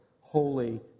holy